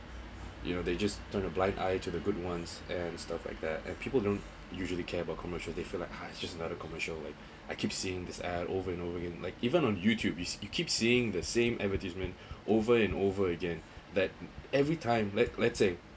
you know they just turn a blind eye to the good ones and stuff like that and people don't usually care about commercial they feel like ah it's just another commercial like I keep seeing this ad over and over again like even on youtube is you keep seeing the same advertisement over and over again that every time let let say